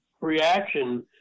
reaction